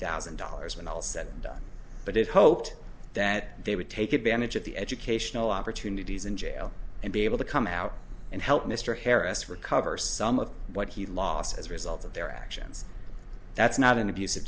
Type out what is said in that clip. thousand dollars when all is said and done but it's hoped that they would take advantage of the educational opportunities in jail and be able to come out and help mr harris recover some of what he lost as a result of their actions that's not an abus